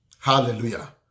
Hallelujah